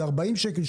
זה 40 שקל,